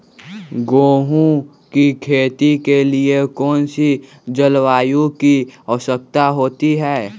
गेंहू की खेती के लिए कौन सी जलवायु की आवश्यकता होती है?